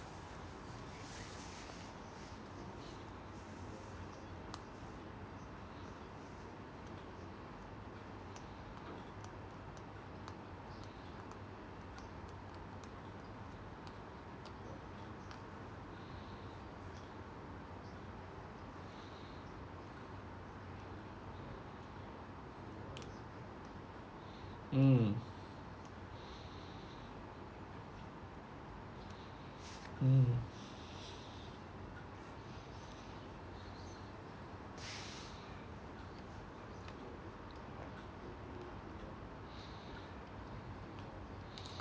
mm mm